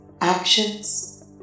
actions